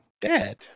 dead